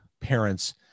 parents